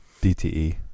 DTE